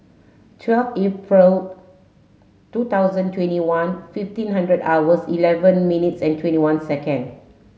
twelfth Aril two thousand twenty one fifteen hundred hours eleven minutes and twenty one seconds